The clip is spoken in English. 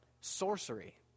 sorcery